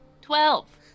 Twelve